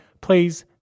please